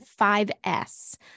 5S